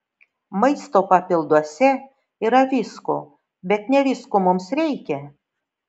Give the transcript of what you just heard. maisto papilduose yra visko bet ne visko mums reikia